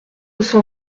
cent